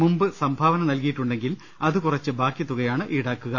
മുമ്പ് സംഭാവന നൽകിയിട്ടുണ്ടെ ങ്കിൽ അത് കുറച്ച് ബാക്കി തുകയാണ് ഈടാക്കുക